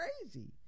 crazy